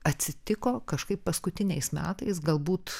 atsitiko kažkaip paskutiniais metais galbūt